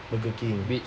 burger king